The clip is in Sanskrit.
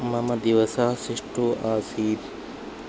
मम दिवसः सुष्ठुः आसीत्